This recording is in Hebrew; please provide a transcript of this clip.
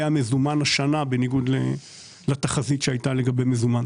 המזומן השנה בניגוד לתחזית שהייתה לגבי מזומן.